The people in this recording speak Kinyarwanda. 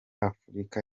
afurika